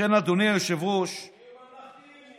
לכן, אדוני היושב-ראש תהיו ממלכתיים.